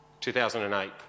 2008